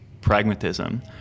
pragmatism